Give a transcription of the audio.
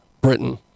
britain